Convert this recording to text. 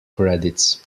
credits